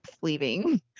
leaving